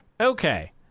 Okay